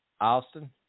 Austin